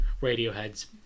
Radiohead's